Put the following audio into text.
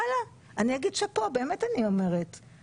היא אומרת לך